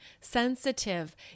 sensitive